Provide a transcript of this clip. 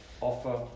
offer